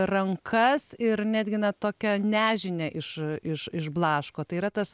rankas ir netgi na tokią nežinią iš iš išblaško tai yra tas